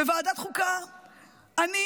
בוועדת החוקה אני,